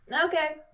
Okay